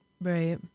Right